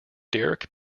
derrick